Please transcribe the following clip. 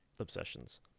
obsessions